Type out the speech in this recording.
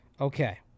Okay